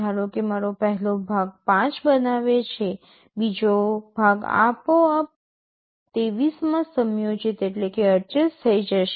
ધારો કે મારો પહેલો ભાગ 5 બનાવે છે બીજો ભાગ આપોઆપ 23 માં સમયોજિત થઈ જશે